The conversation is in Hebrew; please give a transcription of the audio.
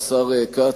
השר כץ,